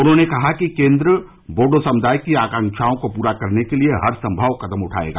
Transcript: उन्होंने कहा कि केंद्र बोडो समुदाय की आकांक्षाओं को पूरा करने के लिए हरसंभव कदम उठाएगा